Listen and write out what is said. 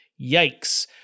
Yikes